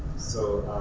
so